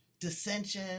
dissension